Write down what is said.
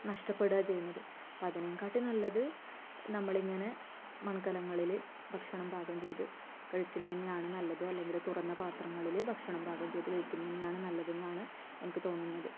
നഷ്ടപ്പെടുകയാണ് ചെയ്യുന്നത് അപ്പോൾ അതിനെക്കാട്ടിയും നല്ലത് നമ്മളിങ്ങനെ മൺകലങ്ങളില് ഭക്ഷണം പാകം ചെയ്ത് കഴിയ്ക്കുന്നത് തന്നെയാണ് നല്ലത് അല്ലെങ്കില് തുറന്ന പാത്രങ്ങളില് ഭക്ഷണം പാകം ചെയ്ത് കഴിക്കുന്നത് തന്നെയാണ് നല്ലതെന്നാണ് എനിക്ക് തോന്നുന്നത്